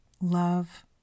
love